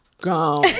gone